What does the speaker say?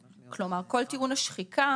כלומר: כל טיעון השחיקה